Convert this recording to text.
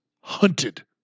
hunted